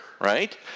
right